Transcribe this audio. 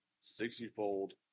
sixtyfold